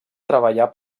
treballar